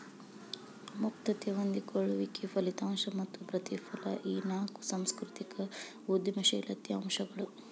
ಮುಕ್ತತೆ ಹೊಂದಿಕೊಳ್ಳುವಿಕೆ ಫಲಿತಾಂಶ ಮತ್ತ ಪ್ರತಿಫಲ ಈ ನಾಕು ಸಾಂಸ್ಕೃತಿಕ ಉದ್ಯಮಶೇಲತೆ ಅಂಶಗಳು